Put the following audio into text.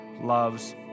loves